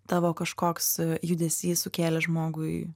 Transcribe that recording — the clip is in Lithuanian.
tavo kažkoks judesys sukėlė žmogui